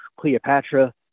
Cleopatra